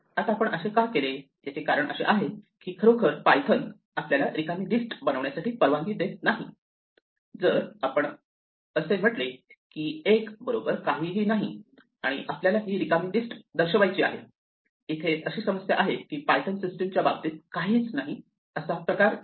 आता आपण असे का केले याचे कारण असे आहे की खरोखर पायथन आपल्याला रिकामी लिस्ट बनवण्यासाठी परवानगी देत नाही जर आपण असे म्हटले की एक बरोबर काहीही नाही आणि आपल्याला ही रिकामी लिस्ट दर्शवायची आहे इथे अशी समस्या आहे की पायथन सिस्टीमच्या बाबतीत काहीच नाही असा प्रकार नाही